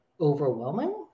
overwhelming